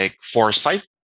foresight